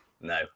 No